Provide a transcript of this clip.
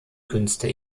künste